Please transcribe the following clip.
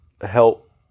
help